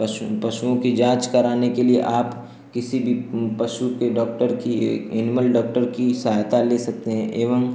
पशु पशुओं की जाँच कराने के लिए आप किसी भी पशु के डॉक्टर की एक एनिमल डॉक्टर की सहायता ले सकते हैं एवं